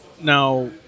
Now